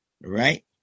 right